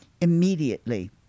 immediately